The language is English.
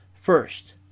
First